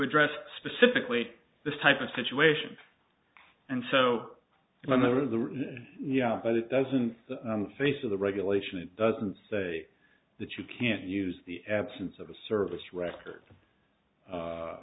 address specifically this type of situation and so when the root of the yeah but it doesn't face of the regulation it doesn't say that you can't use the absence of a service record